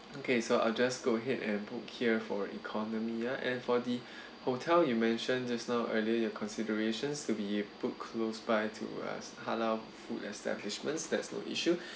okay so I'll just go ahead and book here for economy ya and for the hotel you mentioned just now earlier your considerations to be put close by to us halal food establishments that's the issue